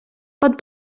pot